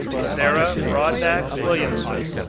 sarah brodnax williamson,